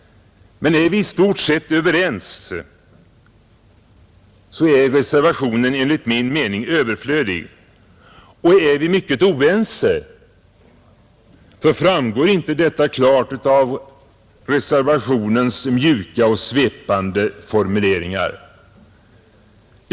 Men är vi i stort sett överens, så är reservationen enligt min mening överflödig. Och är vi mycket oense så framgår inte detta klart av reservationens mjuka och svepande formuleringar.